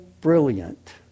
brilliant